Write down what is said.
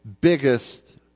biggest